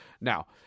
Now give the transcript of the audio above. Now